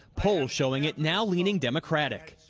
polls showing it now leaning democratic.